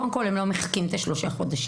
קודם כל הם לא מחכים שלושה חודשים.